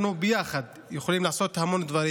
אנחנו ביחד יכולים לעשות המון דברים.